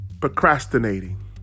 procrastinating